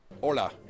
Hola